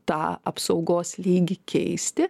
tą apsaugos lygį keisti